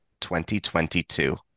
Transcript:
2022